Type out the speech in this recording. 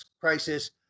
crisis